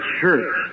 church